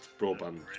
broadband